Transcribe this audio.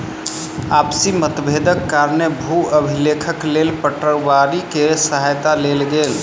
आपसी मतभेदक कारणेँ भू अभिलेखक लेल पटवारी के सहायता लेल गेल